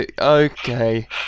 Okay